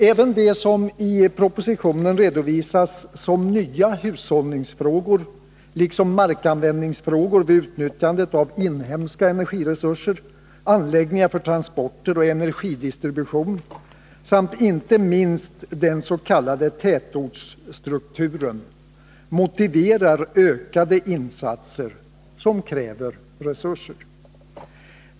Även det som i propositionen redovisas som nya hushållningsfrågor, liksom markanvändningsfrågor vid utnyttjande av inhemska energiresurser, anläggningar för transporter och energidistribution samt inte minst den s.k. tätortsstrukturen, motiverar ökade insatser som kräver resurser.